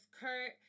Kurt